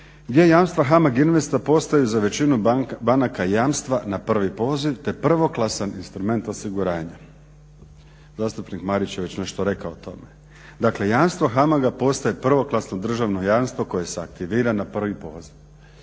gdje jamstva HAMAG INVEST-a postaju za većinu banaka jamstva na prvi poziv te prvoklasan instrument osiguranja. Zastupnik Marić je već nešto rekao o tome. Dakle jamstvo HAMAG-a postaje prvoklasno državno jamstvo koje se aktivira na prvi poziv.